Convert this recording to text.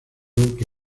que